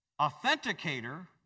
authenticator